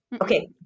Okay